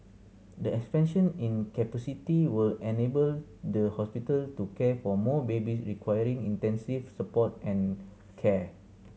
the expansion in capacity will enable the hospital to care for more babies requiring intensive support and care